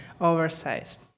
Oversized